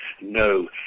No